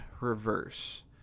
reverse